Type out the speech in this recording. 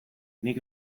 nik